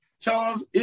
Charles